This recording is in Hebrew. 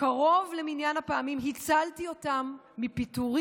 בקרוב למניין פעמים הצלתי אותם מפיטורים,